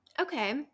Okay